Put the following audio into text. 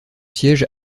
siège